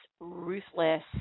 ruthless